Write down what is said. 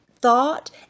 thought